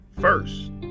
first